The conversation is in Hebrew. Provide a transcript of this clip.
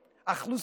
בגלל שמישהו חטא,